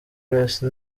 grace